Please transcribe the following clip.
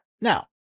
Now